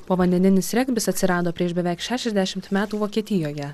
povandeninis regbis atsirado prieš beveik šešiasdešimt metų vokietijoje